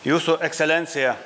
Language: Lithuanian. jūsų ekscelenciją